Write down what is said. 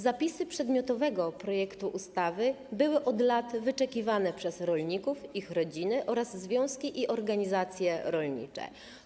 Zapisy przedmiotowego projektu ustawy były od lat wyczekiwane przez rolników, ich rodziny oraz związki i organizacje rolnicze.